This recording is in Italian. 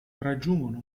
raggiungono